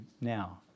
now